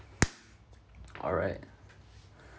alright